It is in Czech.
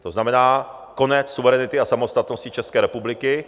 To znamená konec suverenity a samostatnosti České republiky.